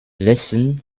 listen